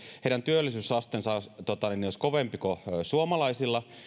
työllisyysaste olisi kovempi kuin suomalaisilla